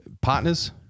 partners